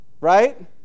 Right